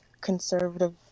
conservative